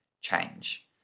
change